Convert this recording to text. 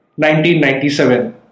1997